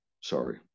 Sorry